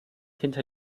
hinter